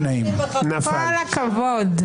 נפל.